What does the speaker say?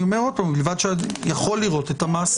אני אומר עוד פעם: ובלבד שאדם יכול לראות את המעשה.